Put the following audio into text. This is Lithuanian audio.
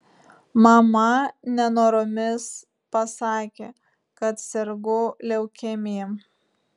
mama nenoromis pasakė kad sergu leukemija